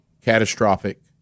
catastrophic